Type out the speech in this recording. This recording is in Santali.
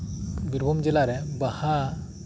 ᱵᱤᱨᱵᱷᱩᱢ ᱡᱮᱞᱟᱨᱮ ᱵᱟᱦᱟ